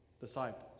disciples